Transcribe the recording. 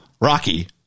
Rocky